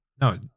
No